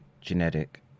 genetic